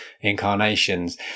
incarnations